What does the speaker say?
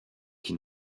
qui